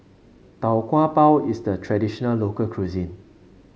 Tau Kwa Pau is the traditional local cuisine